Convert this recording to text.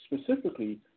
specifically